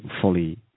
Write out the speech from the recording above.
fully